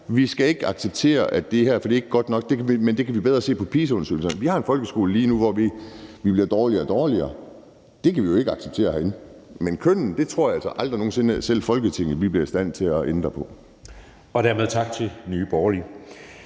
vi skal ikke acceptere det, for det er ikke godt nok. Men det kan vi bedre se af PISA-undersøgelsen. Vi har lige nu en folkeskole, hvor man bliver dårligere og dårligere, og det kan vi jo ikke acceptere herinde. Men kønnene tror jeg altså aldrig nogen sinde at selv Folketinget bliver i stand til at ændre på. Kl. 15:10 Anden næstformand